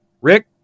Rick